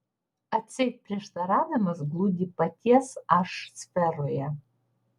atseit prieštaravimas glūdi paties aš sferoje